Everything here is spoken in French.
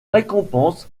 récompense